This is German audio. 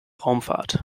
raumfahrt